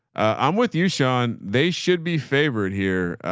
i'm with you, sean. they should be favored here.